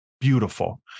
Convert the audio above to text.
beautiful